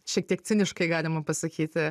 šiek tiek ciniškai galima pasakyti